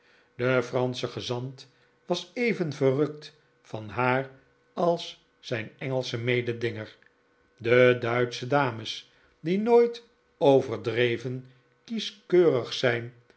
de fransche gezant was even verrukt van haar als zijn engelsche mededinger de duitsche dames die nooit overdreven kieschkeurig zijn